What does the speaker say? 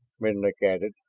menlik added.